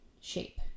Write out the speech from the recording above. shape